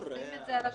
שים את זה על השולחן.